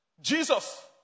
Jesus